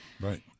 right